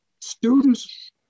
students